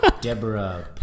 Deborah